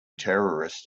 terrorist